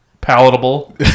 palatable